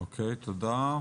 תודה.